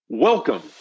Welcome